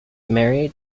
married